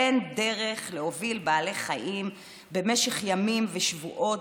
אין דרך להוביל בעלי חיים במשך ימים ושבועות